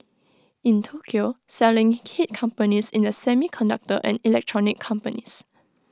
in Tokyo selling hit companies in the semiconductor and electronics companies